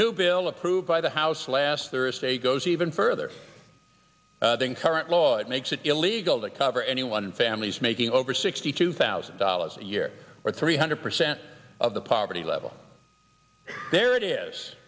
new bill approved by the house last thursday goes even further than current law it makes it illegal to cover anyone in families making over sixty two thousand dollars a year or three hundred percent of the poverty level there it is